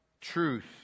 truth